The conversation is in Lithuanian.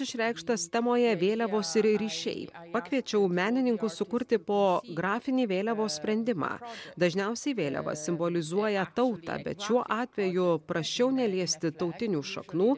išreikštas temoje vėliavos ir ryšiai pakviečiau menininkus sukurti po grafinį vėliavos sprendimą dažniausiai vėliava simbolizuoja tautą bet šiuo atveju prašiau neliesti tautinių šaknų